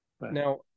Now